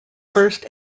first